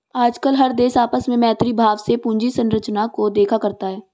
आजकल हर देश आपस में मैत्री भाव से पूंजी संरचना को देखा करता है